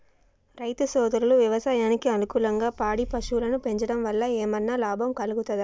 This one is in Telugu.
రైతు సోదరులు వ్యవసాయానికి అనుకూలంగా పాడి పశువులను పెంచడం వల్ల ఏమన్నా లాభం కలుగుతదా?